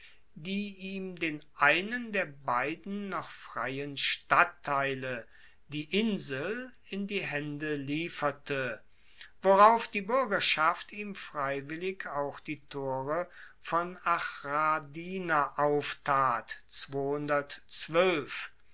die ihm den einen der beiden noch freien stadtteile die insel in die haende lieferte worauf die buergerschaft ihm freiwillig auch die tore von achradina auftat